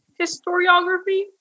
historiography